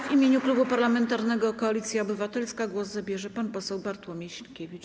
W imieniu Klubu Parlamentarnego Koalicja Obywatelska głos zabierze pan poseł Bartłomiej Sienkiewicz.